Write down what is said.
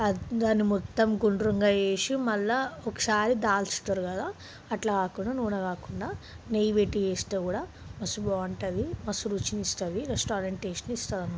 దాన్ని మొత్తం గుండ్రంగా చేసి మళ్ళీ ఒకసారి దాల్చుతారు కదా అట్లా కాకుండా నూనె కాకుండా నెయ్యి పెట్టి చేస్తే కూడా మస్తు బాగుంటుంది మస్తు రుచిని ఇస్తుంది రెస్టారెంట్ టేస్ట్ని ఇస్తుందన్నమాట